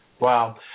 Wow